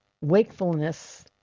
wakefulness